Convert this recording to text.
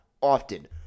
often